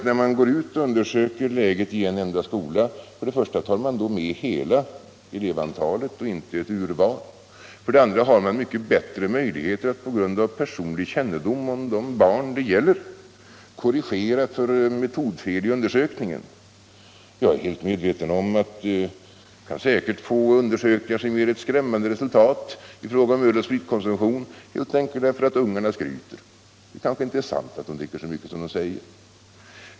När man gör en undersökning i en enda skola tar man för det första med hela elevantalet och inte ett urval. För det andra har man mycket bättre möjligheter att på grund av personlig kännedom om de barn det gäller korrigera för metodfel i undersökningen. Jag är helt medveten om att man säkert kan få undersökningar som ger ett skrämmande resultat i fråga om öloch spritkonsumtion, helt enkelt därför att ungarna skryter. Det kanske inte är sant att de dricker så mycket som de säger.